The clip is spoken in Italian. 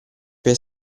per